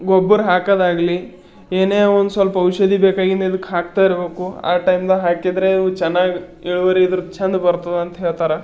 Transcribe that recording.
ಗೊಬ್ಬರ ಹಾಕೋದಾಗಲಿ ಏನೇ ಒಂದು ಸ್ವಲ್ಪ ಔಷಧಿ ಬೇಕಾಗಿದ್ದ ಇದಕ್ಕೆ ಹಾಕ್ತಾಯಿರಬೇಕು ಆ ಟೈಮ್ನಾಗ ಹಾಕಿದರೆ ಇವು ಚೆನ್ನಾಗಿ ಇಳುವರಿ ಇದ್ರೆ ಛಂದ ಬರ್ತದ ಅಂಥೇಳ್ತಾರೆ